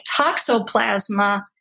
toxoplasma